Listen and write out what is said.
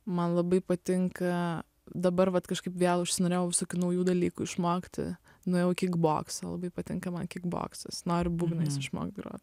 man labai patinka dabar vat kažkaip vėl užsinorėjau visokių naujų dalykų išmokti nuėjau į kikboksą labai patinka man kikboksas noriu būgnais išmokt grot